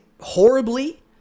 horribly